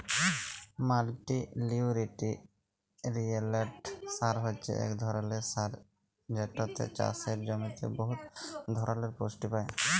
মাল্টিলিউটিরিয়েল্ট সার হছে ইক ধরলের সার যেটতে চাষের জমিতে বহুত ধরলের পুষ্টি পায়